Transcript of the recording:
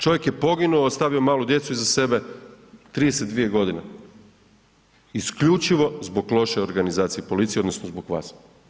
Čovjek je poginuo, ostavio malu djecu iza sebe, 32 godine, isključivo zbog loše organizacije policije, odnosno zbog vas.